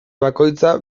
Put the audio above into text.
bakoitza